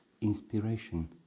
inspiration